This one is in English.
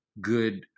good